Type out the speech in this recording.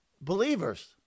believers